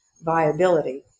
viability